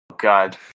god